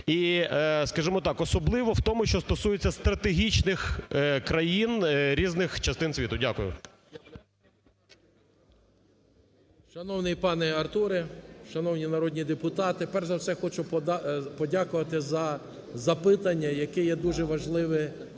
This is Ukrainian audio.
і, скажімо так, особливо в тому, що стосується стратегічних країн різних частин світу. Дякую. 11:00:20 КУБІВ С.І. Шановний пане Артуре! Шановні народні депутати! Перш за все хочу подякувати за запитання, яке є дуже важливе